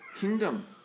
kingdom